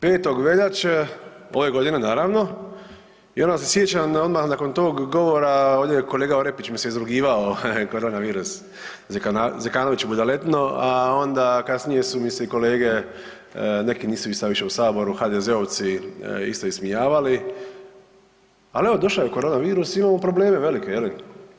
5. veljače ove godine naravno i onda se sjećam odmah nakon tog govora ovdje kolega Orepić mi se izrugivao, korona virus Zekanović budaletino, a onda kasnije su mi se i kolege, neki nisu ni sad više u saboru HDZ-ovci isto ismijavali, ali evo došao je korona virus i imamo probleme velike je li.